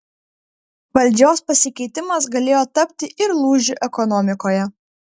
valdžios pasikeitimas galėjo tapti ir lūžiu ekonomikoje